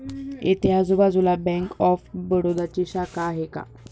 इथे आजूबाजूला bank of बडोदाची शाखा आहे का?